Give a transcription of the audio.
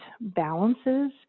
balances